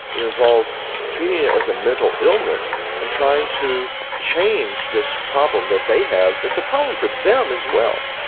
it involves treating it as a mental illness and trying to change this problem which they have, that is a problem for them as well.